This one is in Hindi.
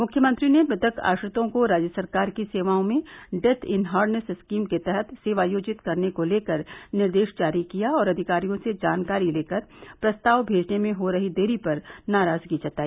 मुख्यमंत्री ने मृतक आश्रितों को राज्य सरकार की सेवाओं में डेथ इन हार्नेस स्कीम के तहत सेवायोजित करने को लेकर निर्देश जारी किया और अधिकारियों से जानकारी लेकर प्रस्ताव भेजने में हो रही देरी पर नाराजगी जताई